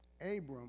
Abram